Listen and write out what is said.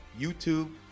YouTube